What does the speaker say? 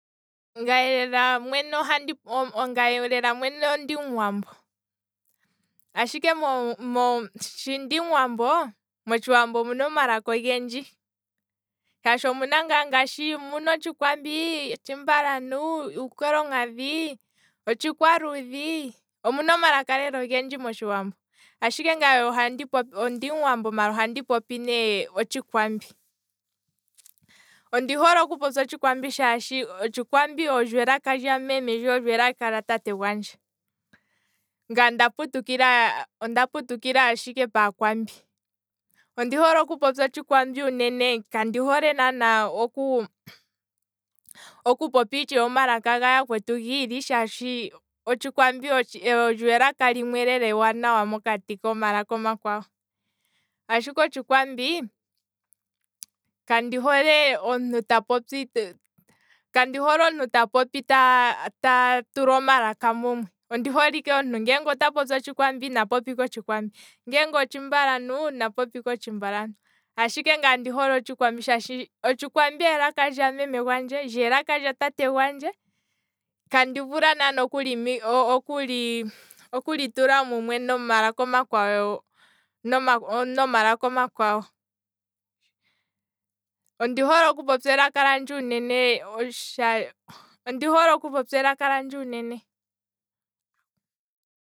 Ngaye lela mwene ohandi. ngaye lela mwene ondi muwambo, ashike sho ndimuwambo, motshiwambo omuna omalaka ogendji, shaashi omuna ngaa ngaashi; omuna otshikwambi, otshimbalantu, uukolonkadhi, otshikwaluudhi, omuna lela omalaka ogendji motshiwambo, ashike ngaye ondi muwambo maala ohandi popi ne otshikwambi, ondi hole oku popya otshikwambi shaashi olyo elaka lya meme lyo elaka lya tate gwandje, ngaa nda putukila nda putukila paakwambi, ondi hole okupopya otshikwambi uunene kandi hole nande oku popya omalaka gamwe giili, shaashi otshikwambi olyo elaka limwe lela ewanawa mokati komalaka omakwawo, ashike otshikwambi. kandi hole omuntu ta popi, kandi hole omuntu ta popi ta- ta tulaomalaka mumwe, ondooleike omuntu ngeenge ota popi otshikwambi, na popye ike otshikwambi, ngeenge otshimbalantu na popye ike otshimbalantu, ashike ngaye ondi hole otshikwambi, otshikwambi elaka lya meme gwandje lyo elaka lyatate gwandje, kandi vula naana okuli mi okuli okuli tula mumwe no malaka omakwawo, noma laka omakwawo, ondi hole oku popya elaka landje uunene sha, ondi holeoku popya elaka landje.